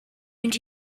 mynd